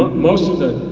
most of it,